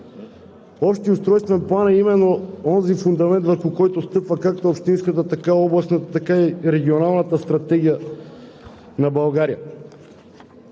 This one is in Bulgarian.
Общият устройствен план е именно онзи фундамент, върху който стъпва както общинската, така областната, така и регионалната стратегия на България,